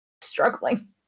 struggling